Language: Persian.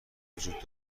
وجود